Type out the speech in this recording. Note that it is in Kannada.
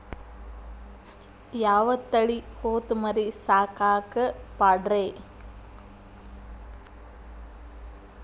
ಯಾವ ತಳಿ ಹೊತಮರಿ ಸಾಕಾಕ ಪಾಡ್ರೇ?